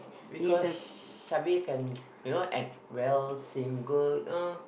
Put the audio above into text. because Shabir can you know act well sing good uh